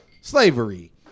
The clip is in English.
slavery